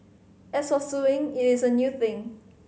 as for suing it is a new thing